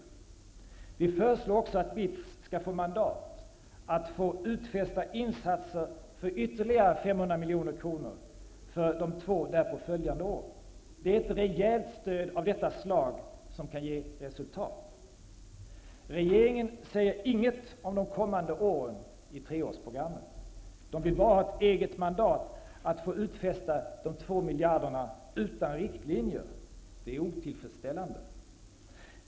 Vi föreslår också att BITS skall få mandat att få utfästa insatser för ytterligare 500 milj.kr. för de två därpå följande åren. Det är ett rejält stöd av detta slag som kan ge resultat. Regeringen säger inget om de kommande åren i treårsprogrammet. Den vill bara ha eget mandat att få utfästa de två miljarderna utan riktlinjer. Detta är otillfredsställande.